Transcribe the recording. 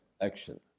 action